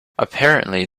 apparently